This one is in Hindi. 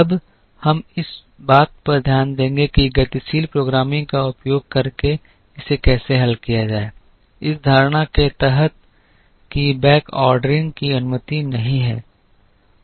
अब हम इस बात पर ध्यान देंगे कि गतिशील प्रोग्रामिंग का उपयोग करके इसे कैसे हल किया जाए इस धारणा के तहत कि बैकऑर्डरिंग की अनुमति नहीं है